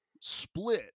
split